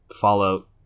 fallout